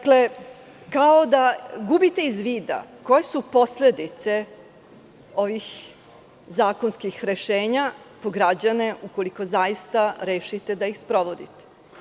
Kao da gubite iz vida koje su posledice ovih zakonskih rešenja po građane, ukoliko zaista rešite da ih sprovodite.